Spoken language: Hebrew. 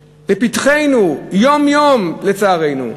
לפתחנו, יום-יום, לצערנו,